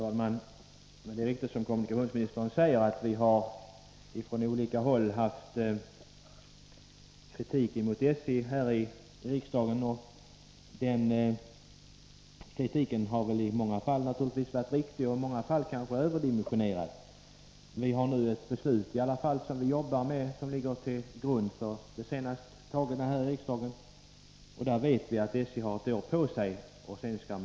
Herr talman! Det är riktigt som kommunikationsministern säger att vi från olika håll här i riksdagen framfört kritik mot SJ. Den kritiken har naturligtvis i många fall varit riktig. I andra fall har den kanske varit överdimensionerad. Vi har nu i alla fall ett riksdagsbeslut som ligger till grund för arbetet. Vi vet att SJ har ett år på sig att bli lönsamt.